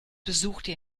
besuchte